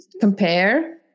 compare